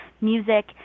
music